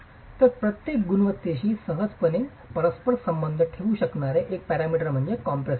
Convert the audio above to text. तर प्रत्येक गुणवत्तेशी सहजपणे परस्पर संबंध ठेवू शकणारे एक पॅरामीटर म्हणजे कॉम्प्रेसीव स्ट्रेंग्थ